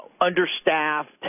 understaffed